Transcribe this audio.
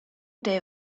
day